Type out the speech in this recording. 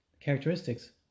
characteristics